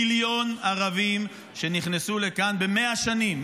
מיליון ערבים שנכנסו לכאן ב-100 שנים,